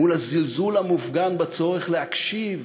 מול הזלזול המופגן בצורך להקשיב